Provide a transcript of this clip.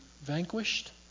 vanquished